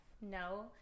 No